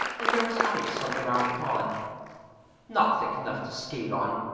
and there was ice on the round pond not thick enough to skate on,